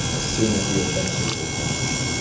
as soon as the offensive was launched.